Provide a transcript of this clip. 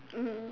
mmhmm